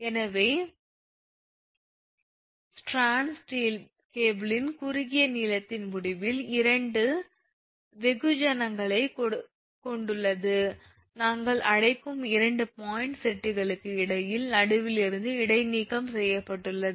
எனவே stranded steel கேபிளின் குறுகிய நீளத்தின் முடிவில் 2 வெகுஜனங்களைக் கொண்டுள்ளது நாங்கள் அழைக்கும் 2 பாயிண்ட் செட்டுகளுக்கு இடையில் நடுவிலிருந்து இடைநீக்கம் செய்யப்படுகிறது